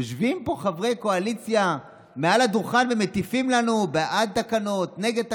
יושבים פה חברי קואליציה ומעל הדוכן מטיפים לנו בעד תקנות ונגד תקנות?